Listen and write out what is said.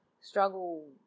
struggle